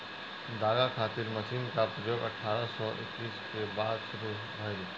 धागा खातिर मशीन क प्रयोग अठारह सौ ईस्वी के बाद शुरू भइल